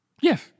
Yes